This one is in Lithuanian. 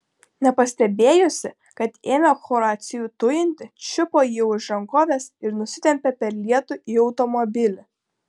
nepastebėjusi kad ėmė horacijų tujinti čiupo jį už rankovės ir nusitempė per lietų į automobilį